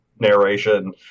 narration